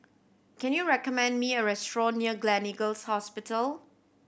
can you recommend me a restaurant near Gleneagles Hospital